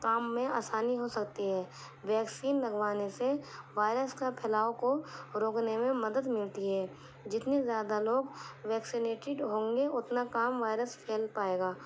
کام میں آسانی ہو سکتی ہے ویکسین لگوانے سے وائرس کا پھیلاؤ کو روکنے میں مدد ملتی ہے جتنے زیادہ لوگ ویکسنیٹڈ ہوں گے اتنا کام وائرس پھیل پائے گا